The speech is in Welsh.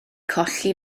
colli